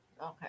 Okay